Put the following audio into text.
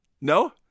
No